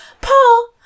Paul